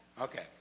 Okay